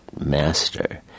Master